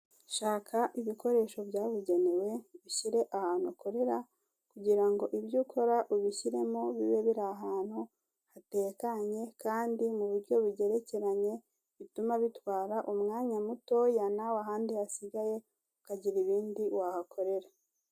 Shaka ibikoresho byabugenewe, ubishyire ahantu ukorera kugira ngo ibyo ukora ubishyiremo bibe biri ahantu hatekanye kandi mu buryo bugerekeranye bituma bitwara umwanya mutoya, nawe ahandi hasigaye ukagira ibindi wahakorera.